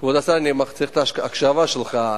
כבוד השר, אני צריך את ההקשבה שלך.